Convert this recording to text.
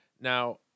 Now